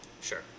Sure